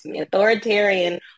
authoritarian